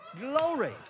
Glory